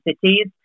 cities